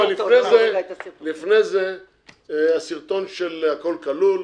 אבל לפני זה הסרטון של "הכול כלול".